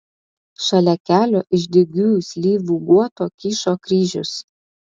šalia kelio iš dygiųjų slyvų guoto kyšo kryžius